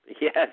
Yes